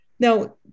Now